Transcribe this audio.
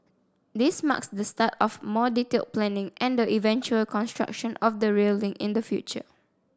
this marks the start of more detailed planning and the eventual construction of the rail link in the future